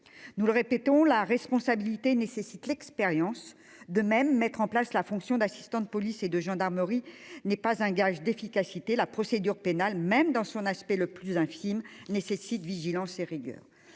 nous le répétons la responsabilité nécessite l'expérience de même mettre en place la fonction d'assistant de police et de gendarmerie n'est pas un gage d'efficacité. La procédure pénale même dans son aspect le plus infime nécessite vigilance et rigueur.